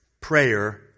Prayer